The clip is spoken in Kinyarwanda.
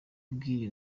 w’iyi